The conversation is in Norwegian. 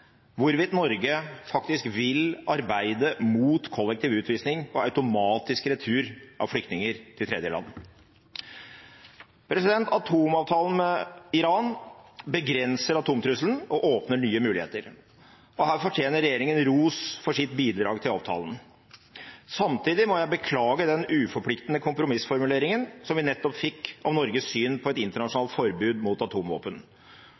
hvorvidt Norge faktisk vil arbeide mot kollektiv utvisning og automatisk retur av flyktninger til tredjeland. Atomavtalen med Iran begrenser atomtrusselen og åpner nye muligheter. Her fortjener regjeringen ros for sitt bidrag til avtalen. Samtidig må jeg beklage den uforpliktende kompromissformuleringen som vi nettopp fikk om Norges syn på et internasjonalt forbud mot atomvåpen.